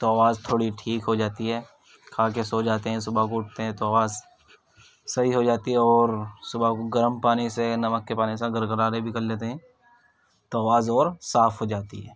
تو آواز تھوڑی ٹھیک ہو جاتی ہے کھا کے سو جاتے ہیں صبح کو اٹھتے ہیں تو آواز صحیح ہو جاتی ہے اور صبح کو گرم پانی سے نمک کے پانی سے غرارے بھی کر لیتے ہیں تو آواز اور صاف ہو جاتی ہے